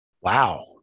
Wow